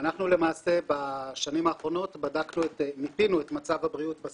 חוץ מזה שבאמת המצב הרבה הרבה יותר גרוע